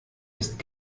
ist